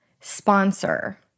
sponsor